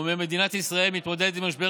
הוא אומר: "מדינת ישראל מתמודדת עם משבר